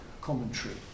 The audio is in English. commentary